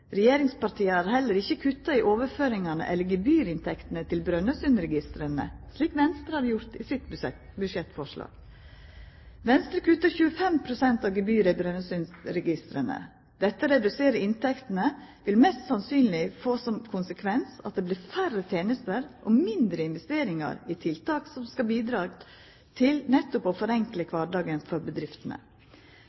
Regjeringspartia har heller ikkje kutta i overføringane eller gebyrinntektene til Brønnøysundregistrene, slik Venstre har gjort i sitt budsjettforslag. Venstre kuttar 25 pst. av gebyra i Brønnøysundregistrene. Desse reduserte inntektene vil mest sannsynleg få som konsekvens at det vert færre tenester og mindre investeringar i tiltak som nettopp skal bidra til å